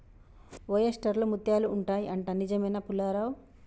oyster లో ముత్యాలు ఉంటాయి అంట, నిజమేనా పుల్లారావ్